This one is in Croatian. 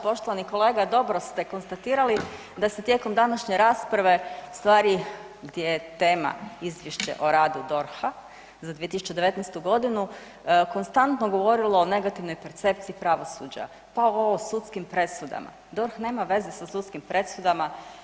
Poštovani kolega dobro ste konstatirali da se tijekom današnje rasprave u stvari gdje je tema izvješće o radu DORH-a za 2019. godinu konstantno govorilo o negativnoj percepciji pravosuđa, pa ovo o sudskim presudama, DORH nema veze sa sudskim presudama.